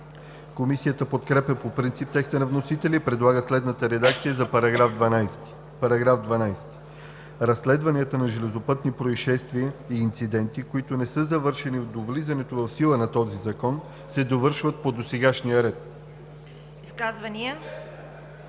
Комисията подкрепя по принцип текста на вносителя и предлага следната редакция за § 12: „§ 12. Разследванията на железопътни произшествия и инциденти, които не са завършени до влизането в сила на този закон, се довършват по досегашния ред“.